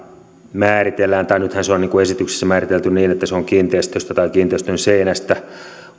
määritellään tai nythän se on niin kuin esityksessä määritelty niin että se on kiinteistöstä tai kiinteistön seinästä